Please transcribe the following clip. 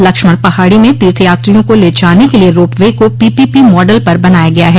लक्ष्मण पहाड़ी में तीर्थ यात्रियों को ले जाने के लिए रोप वे का पीपीपी मॉडल पर बनाया गया है